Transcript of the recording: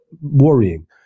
worrying